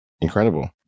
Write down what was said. incredible